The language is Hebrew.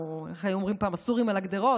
או איך היו אומרים פעם: הסורים על הגדרות.